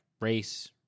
race